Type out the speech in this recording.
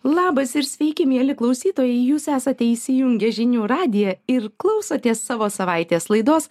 labas ir sveiki mieli klausytojai jūs esate įsijungę žinių radiją ir klausotės savo savaitės laidos